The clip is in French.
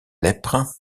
lèpre